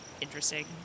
interesting